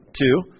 two